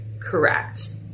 correct